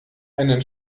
einen